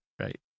right